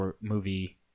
movie